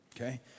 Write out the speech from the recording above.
Okay